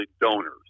donors